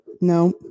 No